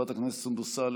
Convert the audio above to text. חברת הכנסת סונדוס סאלח,